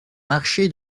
marché